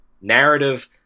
narrative